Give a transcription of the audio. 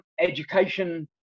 education